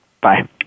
Bye